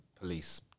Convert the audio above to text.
police